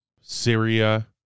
Syria